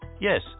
Yes